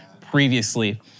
previously